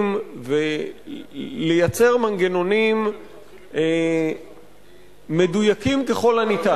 ולייצר מנגנונים מדויקים ככל הניתן.